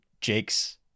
jake's